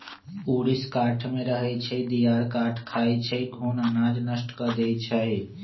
ऊरीस काठमे रहै छइ, दियार काठ खाई छइ, घुन अनाज नष्ट कऽ देइ छइ